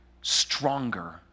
stronger